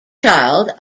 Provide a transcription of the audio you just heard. child